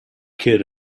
kid